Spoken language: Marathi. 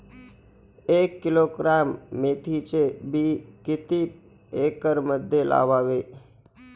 एक किलोग्रॅम मेथीचे बी किती एकरमध्ये लावावे?